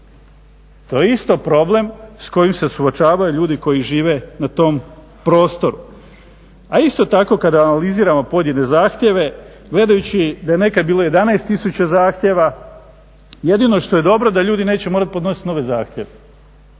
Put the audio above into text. To je isto problem s kojim se suočavaju ljudi koji žive na tom prostoru. A isto tako kad analiziramo pojedine zahtjeve, gledajući da je nekad bilo 11000 zahtjeva, jedino što je dobro da ljudi neće morat podnosit nove zahtjeve,